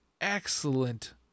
excellent